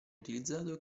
utilizzato